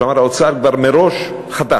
כלומר, האוצר כבר מראש חתך